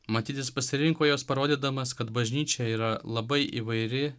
matyt jis pasirinko juos parodydamas kad bažnyčia yra labai įvairi